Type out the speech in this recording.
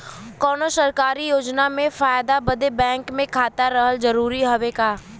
कौनो सरकारी योजना के फायदा बदे बैंक मे खाता रहल जरूरी हवे का?